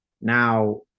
Now